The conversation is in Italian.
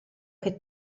che